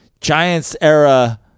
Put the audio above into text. Giants-era